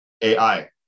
AI